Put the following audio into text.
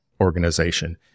organization